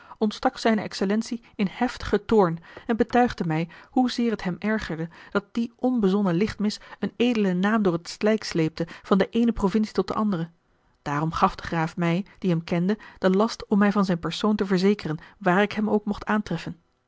ontstak zijne excellentie in heftigen toorn en betuigde mij hoezeer het hem ergerde dat die onbezonnen lichtmis een edelen naam door het slijk sleepte van de eene provincie tot de andere daarom gaf de graaf mij die hem kende den last om mij van zijn persoon te verzekeren waar ik hem ook mocht aantreffen